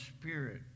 spirit